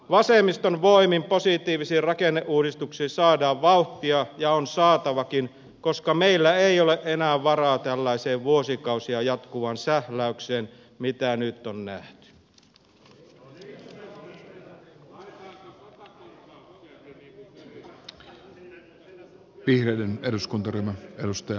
vasemmiston voimin positiivisiin rakenneuudistuksiin saadaan vauhtia ja on saatavakin koska meillä ei ole enää varaa tällaiseen vuosikausia jatkuvaan sähläykseen mitä nyt on nähty